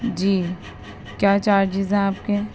جی کیا چارجز ہیں آپ کے